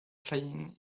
playing